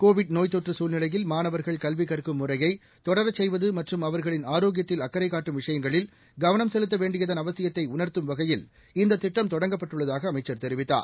Covid நோப்த் தொற்று சூழ்நிலையில் மாணவர்கள் கல்வி கற்கும் முறையை தொடரச் செய்வது மற்றும் அவர்களின் ஆரோக்கியத்தில் அக்கறை காட்டும் விஷயங்களில் கவனம் செலுத்த வேண்டியதன் அவசியத்தை உணர்த்தும் வகையில் இந்த திட்டம் தொடங்கப்பட்டுள்ளதாக அமைச்சர் தெரிவித்தார்